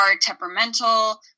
temperamental